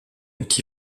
qui